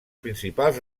principals